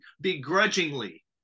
begrudgingly